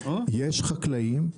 יש חקלאים,